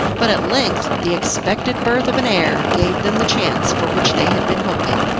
but at length the expected birth of an heir gave them the chance for which they had been hoping.